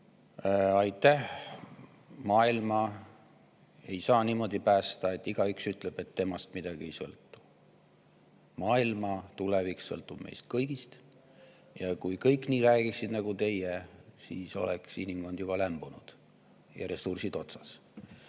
Aitäh! Maailma ei saa niimoodi päästa, et igaüks ütleb, et temast midagi ei sõltu. Maailma tulevik sõltub meist kõigist. Kui kõik räägiksid nii nagu teie, oleks inimkond juba lämbunud ja ressursid otsas.